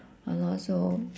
!hannor! so